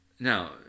Now